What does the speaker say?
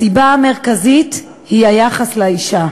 הסיבה המרכזית היא היחס לאישה.